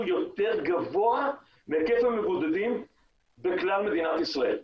יותר גבוה מהיקף המבודדים בכלל מדינת ישראל.